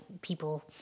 people